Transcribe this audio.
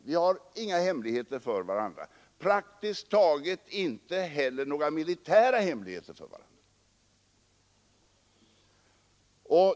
Vi har inga hemligheter för varandra — praktiskt taget inte heller några militära hemligheter.